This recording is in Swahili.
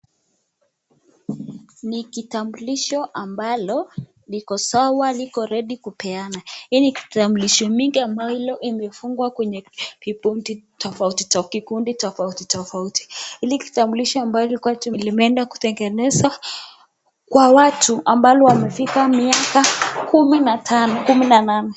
Ni kitambulisho ambalo liko sawa, liko ready kupeana, ni kitambulisho mingi ambayo imefungwa kwenye kikundi tofauti tofauti. Hili kitambulisho ambayo ilikuwa tu imeendaa kutengenezwa kwa watu ambalo wamefika miaka kumi na tano kumi na nane.